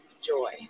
joy